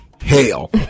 Hell